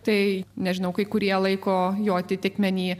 tai nežinau kai kurie laiko jo atitikmenį